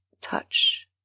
touch